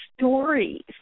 stories